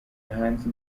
hanze